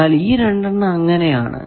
എന്നാൽ ഈ രണ്ടെണ്ണം അങ്ങനെ ആണ്